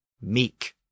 meek